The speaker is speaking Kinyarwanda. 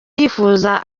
yifuza